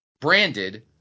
branded